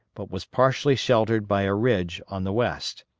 but was partially sheltered by a ridge on the west.